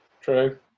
true